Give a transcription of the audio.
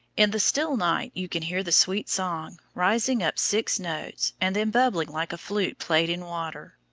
in the still night you can hear the sweet song rising up six notes and then bubbling like a flute played in water.